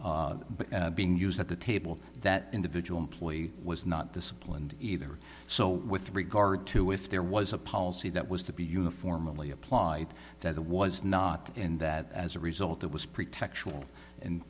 but being used at the table that individual employee was not disciplined either so with regard to if there was a policy that was to be uniformly applied that was not in that as a result it was